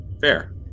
Fair